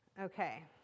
Okay